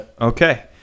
okay